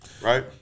right